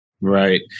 Right